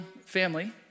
family